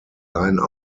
line